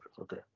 Okay